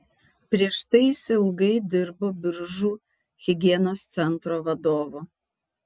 prieš tai jis ilgai dirbo biržų higienos centro vadovu